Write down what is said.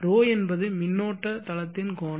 ρ என்பது மின்னோட்ட தளத்தின் கோணம்